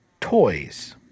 toys